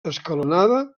escalonada